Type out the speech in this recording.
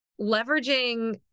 Leveraging